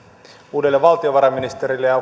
uudelle valtiovarainministerille ja